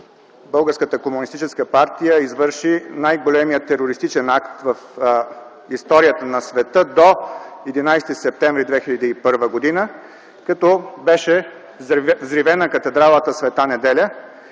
Българската комунистическа партия извърши най-големия терористичен акт в историята на света до 11 септември 2001 г., като беше взривена Катедралата „Света Неделя”.